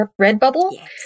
redbubble